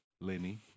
Lenny